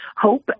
hope